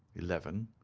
eleven,